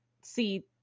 see